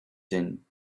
din